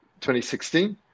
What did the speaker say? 2016